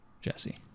jesse